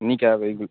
নি ক্যাপ এইগুলো